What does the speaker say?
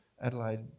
Adelaide